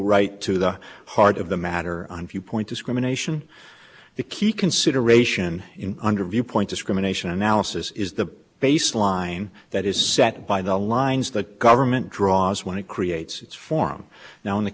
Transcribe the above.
right to the heart of the matter on viewpoint discrimination the key consideration in under viewpoint discrimination analysis is the baseline that is set by the lines the government draws when it creates its form now in the